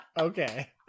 Okay